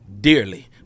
dearly